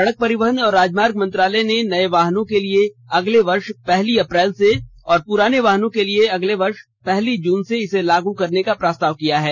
सड़क परिवहन और राजमार्ग मंत्रालय ने नये वाहनों के लिए अगले वर्ष पहली अप्रैल से और पुराने वाहनों के लिए अगले वर्ष पहली जून से इसे लागू करने का प्रस्ताव किया है